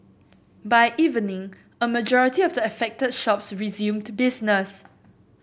by evening a majority of the affected shops resumed to business